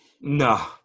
No